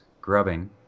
grubbing